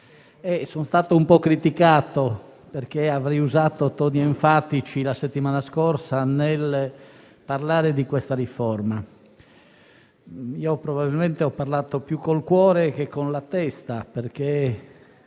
Sono stato un po' criticato perché avrei usato toni enfatici, la settimana scorsa, nel parlare di questa riforma. Probabilmente ho parlato più con il cuore che con la testa,